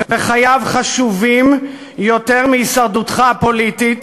וחייו חשובים יותר מהישרדותך הפוליטית